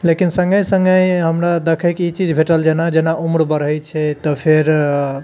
लेकिन सङ्गहि सङ्गहि हमरा देखै कऽ ई चीज भेटल जेना जेना उम्र बढ़ैत छै तऽ फेर